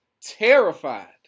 terrified